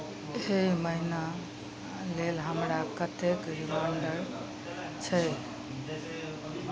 एहि महीना लेल हमरा कतेक रिमाइंडर छै